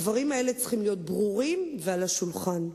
הדברים האלה צריכים להיות ברורים ועל השולחן.